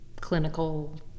clinical